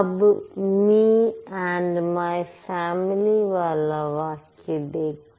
अब me and my family वाला वाक्य देखते हैं